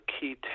key